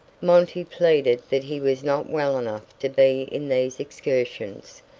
monty pleaded that he was not well enough to be in these excursions,